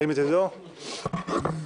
הצבעה